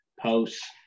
posts